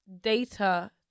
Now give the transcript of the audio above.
data